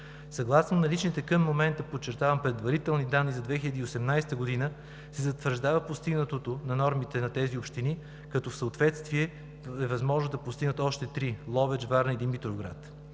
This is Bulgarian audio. Съгласно наличните към момента, подчертавам, предварителни данни за 2018 г. се затвърждава постигането на нормите на тези общини, като съответствие е възможно да постигнат още три – Ловеч, Варна и Димитровград.